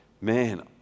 man